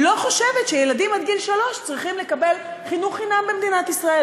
לא חושבת שילדים עד גיל שלוש צריכים לקבל חינוך חינם במדינת ישראל,